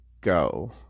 go